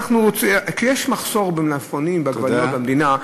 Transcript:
כשיש מחסור במלפפונים ועגבניות במדינה,